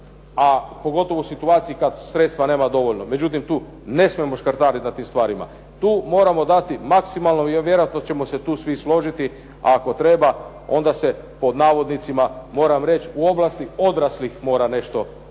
a pogotovo u situaciji kad sredstva nema dovoljno. Međutim, tu ne smijemo škrtariti na tim stvarima. Tu moramo dati maksimalno jer vjerojatno ćemo se tu svi složiti ako treba onda se pod navodnicima moram reći u ovlasti odraslih mora nešto uzeti,